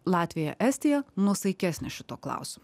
latvija estija nuosaikesnė šituo klausimu